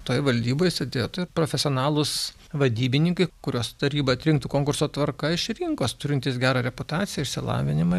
toj valdyboj sėdėtų profesionalūs vadybininkai kuriuos taryba atrinktų konkurso tvarka iš rinkos turintys gerą reputaciją išsilavinimą